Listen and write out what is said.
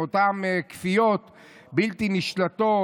עם אותן כפיות בלתי נשלטות,